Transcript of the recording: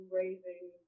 raising